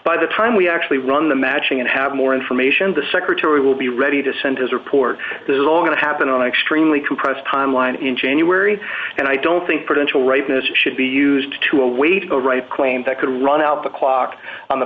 by the time we actually run the matching and have more information the secretary will be ready to send his report this is all going to happen on an extremely compressed timeline in january and i don't think credential ripeness should be used to a way to write claims that could run out the clock on the